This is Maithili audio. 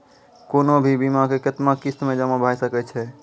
कोनो भी बीमा के कितना किस्त मे जमा भाय सके छै?